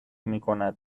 میکند